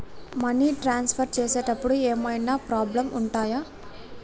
Money transfer చేసేటప్పుడు ఏమైనా problems ఉంటయా?